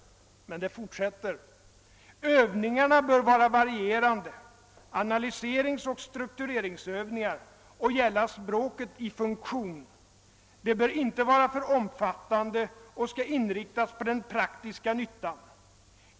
Men texten fortsätter: »Övningarna bör vara varierande och gälla språket i funktion; de bör inte vara för omfattande och skall inriktas på den praktiska nyttan.